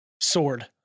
sword